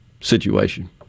situation